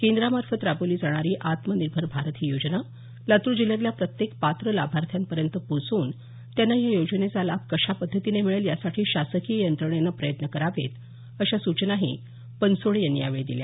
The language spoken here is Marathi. केंद्रामार्फत राबवली जाणारी आत्मनिर्भर भारत ही योजना लातूर जिल्ह्यातल्या प्रत्येक पात्र लाभार्थी पर्यंत पोहोचवून त्यांना या योजनेचा लाभ कशा पद्धतीने मिळेल यासाठी शासकीय यंत्रणेने प्रयत्न करावेत अशा सूचनाही बनसोडे यांनी यावेळी दिल्या